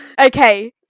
Okay